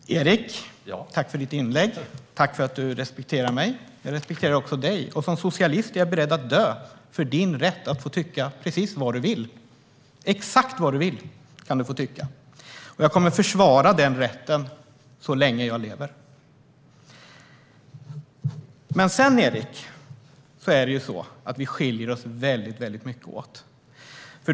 Herr talman! Tack för ditt inlägg, Erik! Tack för att du respekterar mig! Jag respekterar också dig, och som socialist är jag beredd att dö för din rätt att få tycka precis vad du vill. Exakt vad du vill kan du få tycka, och jag kommer att försvara den rätten så länge jag lever. Men sedan är det så, Erik, att vi skiljer oss väldigt mycket åt.